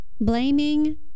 blaming